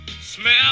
Smell